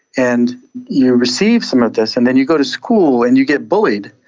and you receive some of this and then you go to school and you get bullied,